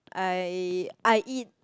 I I eat